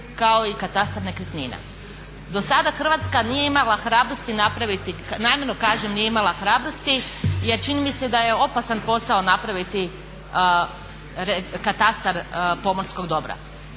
kao i katastar nekretnina. Do sada Hrvatska nije imala hrabrosti napraviti, namjerno kažem nije imala hrabrosti jer čini mi se da je opasan posao napraviti katastar pomorskog dobra.